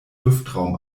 luftraum